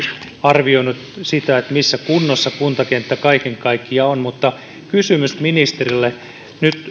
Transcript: arvioinut sitä missä kunnossa kuntakenttä kaiken kaikkiaan on kysymys ministerille kun nyt